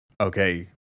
okay